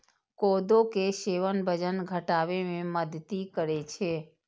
कोदो के सेवन वजन घटाबै मे मदति करै छै